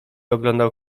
oglądał